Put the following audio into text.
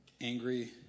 angry